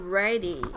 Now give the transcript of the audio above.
ready